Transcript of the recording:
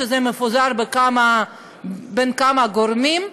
ושזה מפוזר בין כמה גורמים.